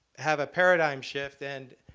have a paradigm shift and